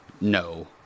no